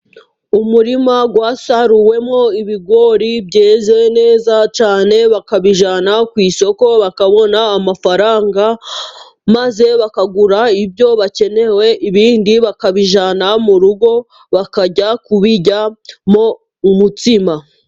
Umurima wasaruwemo ibigori byeze neza cyane. Bakabijyana ku isoko bakabona amafaranga maze bakagura ibyo bakeneye. Ibindi bakabijyana mu rugo ,bakajya kubiryamo umutsima.